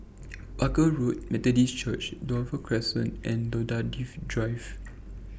Barker Road Methodist Church Dover Crescent and Daffodil Drive